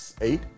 eight